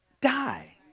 die